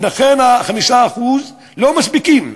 ולכן ה-5% לא מספיקים.